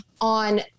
on